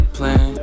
plan